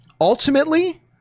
ultimately